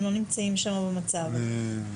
הם לא נמצאים שם במצב הזה.